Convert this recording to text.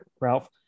Ralph